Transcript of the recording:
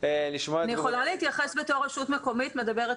ולשמוע את תגובתו לדברים שנאמרו פה.